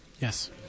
Yes